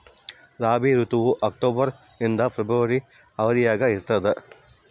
ರಾಬಿ ಋತುವು ಅಕ್ಟೋಬರ್ ನಿಂದ ಫೆಬ್ರವರಿ ಅವಧಿಯಾಗ ಇರ್ತದ